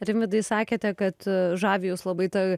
rimvydai sakėte kad žavi jus labai ta